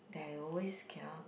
that is always